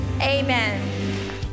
amen